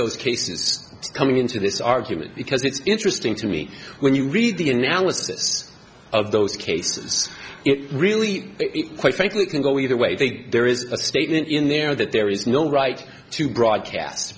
those cases coming into this argument because it's interesting to me when you read the analysis of those cases it really quite frankly can go either way they did there is a statement in there that there is no right to broadcast